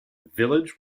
village